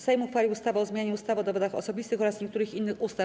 Sejm uchwalił ustawę o zmianie ustawy o dowodach osobistych oraz niektórych innych ustaw.